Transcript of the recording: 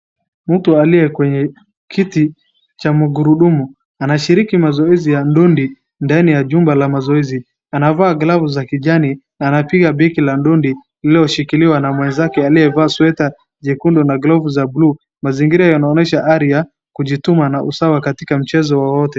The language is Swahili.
Mtu aliye kwenye kiti cha mgurudumu anashiriki mazoezi ya dondi ndani ya jumba la mazoezi. Anavaa glavu za kijani na anapiga mbeki la dondi lililoshikiliwa na mwenzake aliyevaa sweta jekundu na glovu za bluu. Mazingira yanaonesha hali ya kujituma na usawa katika mchezo wowote.